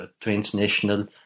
transnational